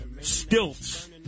stilts